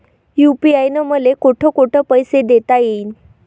UPI न मले कोठ कोठ पैसे देता येईन?